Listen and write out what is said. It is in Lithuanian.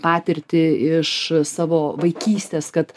patirtį iš savo vaikystės kad